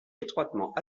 étroitement